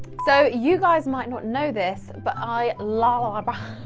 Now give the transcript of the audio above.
so you guys might not know this, but i lalalbah.